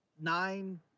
nine